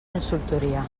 consultoria